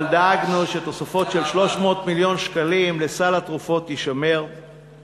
אבל דאגנו שתוספת של 300 מיליון שקלים לסל התרופות תישמר,